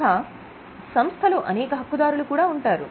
ఇంకా సంస్థలో అనేక హక్కుదారులు కూడా ఉంటారు